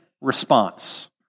response